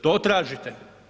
To tražite?